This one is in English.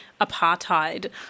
apartheid